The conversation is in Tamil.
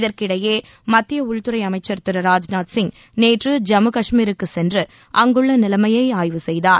இதற்கிடையே மத்திய உள்துறை அமைச்சர்திரு ராஜ் நாத் சிங் நேற்று ஐம்மு காஷ்மீருக்கு சென்று அங்குள்ள நிலைமையை ஆய்வு செய்தார்